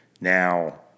now